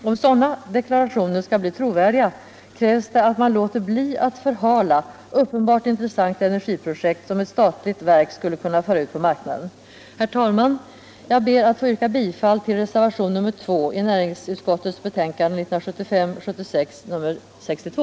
Om sådana deklarationer skall bli trovärdiga, krävs det att man låter bli att förhala uppenbart intressanta energiprojekt som ett statligt verk skulle kunna föra ut på marknaden. Herr talman! Jag ber att få yrka bifall till reservationen 2.